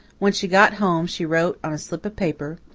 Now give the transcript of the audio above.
when she got home she wrote on a slip of paper,